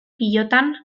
pilotan